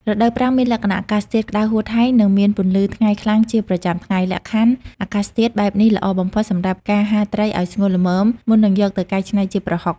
រដូវប្រាំងមានលក្ខណៈអាកាសធាតុក្តៅហួតហែង និងមានពន្លឺថ្ងៃខ្លាំងជាប្រចាំថ្ងៃ លក្ខខណ្ឌអាកាសធាតុបែបនេះល្អបំផុតសម្រាប់ការហាលត្រីឱ្យស្ងួតល្មម មុននឹងយកទៅកែច្នៃជាប្រហុក។